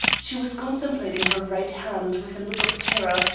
she was contemplating her right hand with a look of terror,